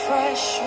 Fresh